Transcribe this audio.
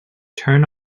turn